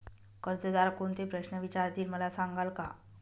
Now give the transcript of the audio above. कर्जदार कोणते प्रश्न विचारतील, मला सांगाल का?